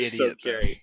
idiot